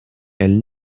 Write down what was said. elle